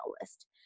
list